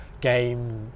game